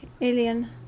alien